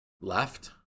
left